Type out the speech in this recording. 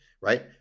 right